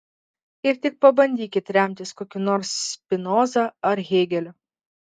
ir tik pabandykit remtis kokiu nors spinoza ar hėgeliu